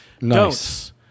Nice